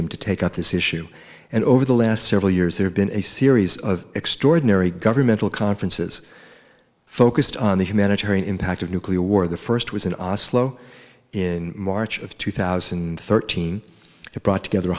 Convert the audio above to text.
them to take up this issue and over the last several years there have been a series of extraordinary governmental conferences focused on the humanitarian impact of nuclear war the first was an os low in march of two thousand and thirteen that brought together